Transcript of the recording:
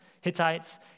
Hittites